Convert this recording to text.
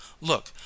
Look